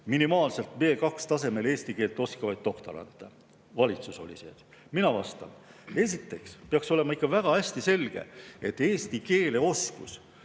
minimaalselt B2-tasemel eesti keelt oskavaid doktorante. Valitsuse [seisukoht] oli see. Mina vastan. Esiteks peaks olema ikka väga hästi selge, et eesti keele oskus